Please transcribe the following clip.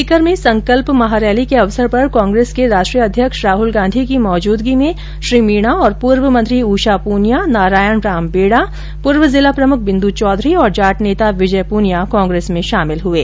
सीकर में संकल्प महारैली के अवसर पर कांग्रेस को राष्ट्रीय अध्यक्ष राहल गांधी की मौजूदगी में श्री मीणा और पूर्व मंत्री उषा पूनिया नारायण राम बेड़ा पूर्व जिला प्रमुख बिन्दू चौधरी तथा जाट नेता विजय प्रनिया कांग्रेस में शामिल हुये